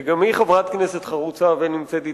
שגם היא חברת כנסת חרוצה ונמצאת אתנו,